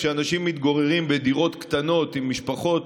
כשאנשים מתגוררים בדירות קטנות עם משפחות,